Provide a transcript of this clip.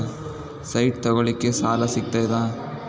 Site ತಗೋಳಿಕ್ಕೆ ಸಾಲಾ ಸಿಗ್ತದಾ?